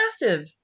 massive